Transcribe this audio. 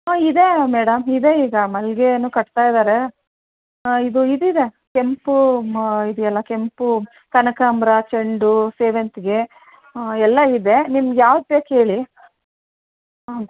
ಹ್ಞೂ ಇದೆ ಮೇಡಮ್ ಇದೆ ಈಗ ಮಲ್ಲಿಗೆನೂ ಕಟ್ತಾಯಿದ್ದಾರೆ ಹಾಂ ಇದು ಇದಿದೆ ಕೆಂಪು ಮ ಇದೆಯಲ್ಲ ಕೆಂಪು ಕನಕಾಂಬರ ಚೆಂಡು ಸೇವಂತಿಗೆ ಎಲ್ಲ ಇದೆ ನಿಮ್ಗೆ ಯಾವ್ದು ಬೇಕು ಹೇಳಿ ಹ್ಞೂ